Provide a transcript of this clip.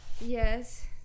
Yes